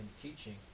teaching